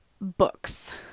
books